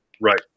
Right